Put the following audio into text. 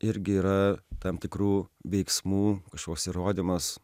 irgi yra tam tikrų veiksmų kažkoks įrodymas